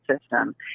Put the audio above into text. system